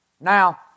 Now